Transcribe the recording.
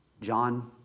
John